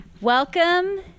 welcome